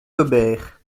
gobert